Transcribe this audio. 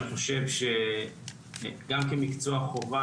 אני חושב גם כמקצוע חובה,